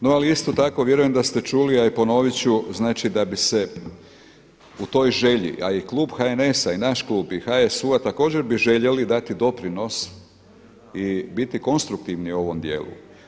Na ali isto tako, vjerujem da ste čuli a i ponoviti ću, znači da bi se u toj želji a i klub HNS-a i naš klub i HSU-a također bi željeli dati doprinos i biti konstruktivni u ovom dijelu.